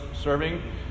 serving